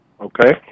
Okay